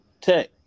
Tech